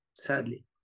sadly